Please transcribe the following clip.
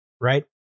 right